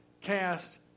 Cast